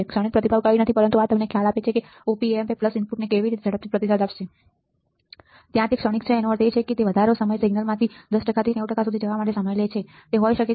ક્ષણિક પ્રતિભાવ કંઈ નથી પરંતુ આ તમને ખ્યાલ આપે છે કે Op amp ઇનપુટને કેટલી ઝડપથી પ્રતિસાદ આપશે ત્યાં તે ક્ષણિક છેતેનો અર્થ એ છે કે તે વધારો સમય સિગ્નલમાંથી 10 ટકાથી 90 ટકા સુધી જવા માટે જે સમય લે છે તે હોઈ શકે છે